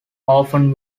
often